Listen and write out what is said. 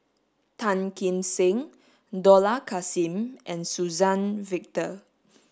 Tan Kim Seng Dollah Kassim and Suzann Victor